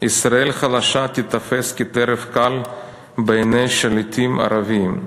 "ישראל חלשה תיתפס כטרף קל בעיני שליטים ערבים.